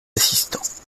assistants